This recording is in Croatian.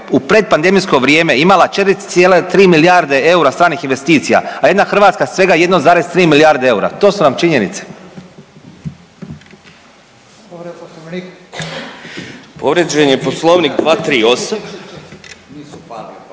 u predpandemijsko vrijeme imala 4,3 milijarde eura stranih investicija, a jedna Hrvatska svega 1,3 milijarde eura. To su vam činjenice. **Radin, Furio (Nezavisni)**